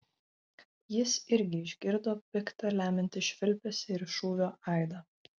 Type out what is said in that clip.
jis irgi išgirdo pikta lemiantį švilpesį ir šūvio aidą